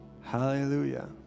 Hallelujah